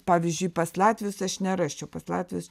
pavyzdžiui pas latvius aš nerasčiau pats latvius